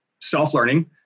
self-learning